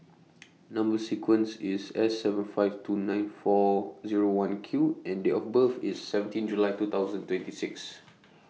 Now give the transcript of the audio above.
Number sequence IS S seven five two nine four Zero one Q and Date of birth IS seventeen July two thousand twenty six